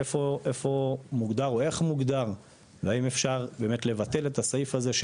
איפה ואיך מוגדר סעיף הפנסיות לעובדים זרים והאם אפשר לבטל אותו?